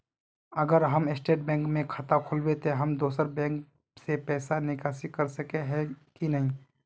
अगर हम State Bank में खाता खोलबे तो हम दोसर बैंक से पैसा निकासी कर सके ही की नहीं?